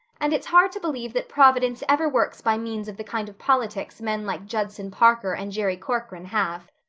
and it's hard to believe that providence ever works by means of the kind of politics men like judson parker and jerry corcoran have.